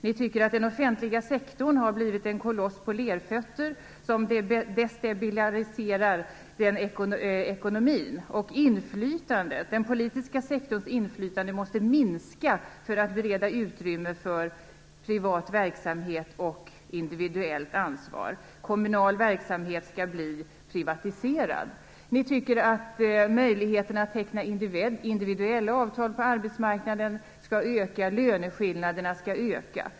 Ni tycker att den offentliga sektorn har blivit en koloss på lerfötter som destabiliserar ekonomin, och ni tycker att den politiska sektorns utrymme måste minska för att bereda utrymme för privat verksamhet och individuellt ansvar. Kommunal verksamhet skall bli privatiserad. Ni tycker att möjligheten att teckna individuella avtal på arbetsmarknaden skall öka. Ni tycker också att löneskillnaderna skall öka.